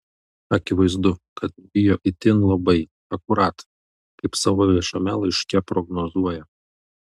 akivaizdu kad bijo itin labai akurat kaip savo viešame laiške prognozuoja